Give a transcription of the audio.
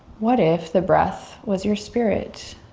what if the breath was your spirit.